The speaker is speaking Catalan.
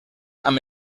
amb